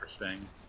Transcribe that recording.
interesting